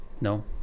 no